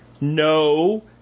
No